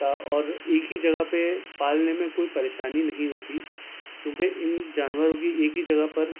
تو اور ایک ہی جگہ پہ پالنے میں کوئی پریشانی نہیں ہوتی کیونکہ ان جانوروں کی ایک ہی جگہ پر